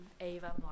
Ava